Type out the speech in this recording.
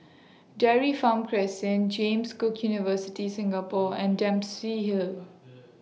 Dairy Farm Crescent James Cook University Singapore and Dempsey Hill